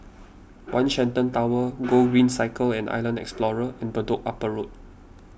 one Shenton Tower Gogreen Cycle and Island Explorer and Upper Bedok Road